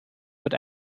wird